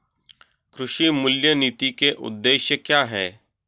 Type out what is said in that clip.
कृषि मूल्य नीति के उद्देश्य क्या है?